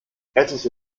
etliche